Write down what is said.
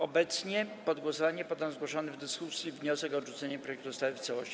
Obecnie pod głosowanie poddam zgłoszony w dyskusji wniosek o odrzucenie projektu ustawy w całości.